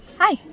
Hi